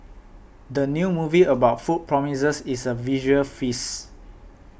the new movie about food promises is a visual feast